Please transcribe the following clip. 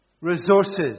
resources